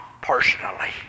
personally